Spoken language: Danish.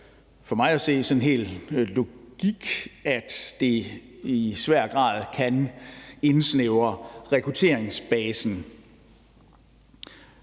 for mig at se sådan helt logisk, at det i svær grad kan indsnævre rekrutteringsbasen.